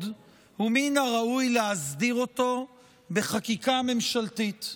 ומן הראוי להסדיר אותו בחקיקה ממשלתית.